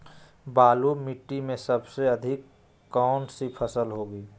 बालू मिट्टी में सबसे अधिक कौन सी फसल होगी?